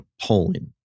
polling